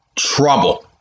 Trouble